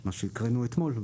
מה שהקראנו אתמול.